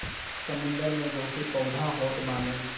समुंदर में बहुते पौधा होत बाने